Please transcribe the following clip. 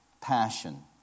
passion